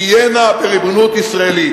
תהיינה בריבונות ישראלית.